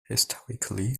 historically